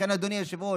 לכן, אדוני היושב-ראש,